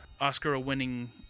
oscar-winning